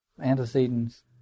antecedents